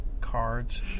cards